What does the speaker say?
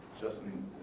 Justin